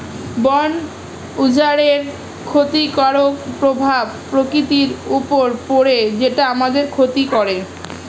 বন উজাড়ের ক্ষতিকারক প্রভাব প্রকৃতির উপর পড়ে যেটা আমাদের ক্ষতি করে